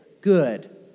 good